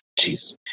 Jesus